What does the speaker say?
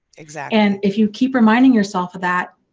exactly. and if you keep reminding yourself of that.